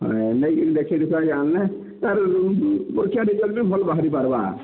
ହଁ ନେଇକି ଦେଖିଦୁଖା କି ଆନ୍ଲେ ତା'ର ପରିକ୍ଷା ରିଜଲ୍ଟ ବି ଭଲ୍ ବାହାରି ପାର୍ବା